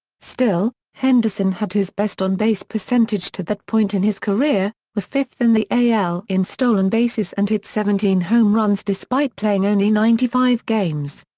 still, henderson had his best on-base percentage to that point in his career, was fifth in the al in stolen bases and hit seventeen home runs despite playing only ninety five games.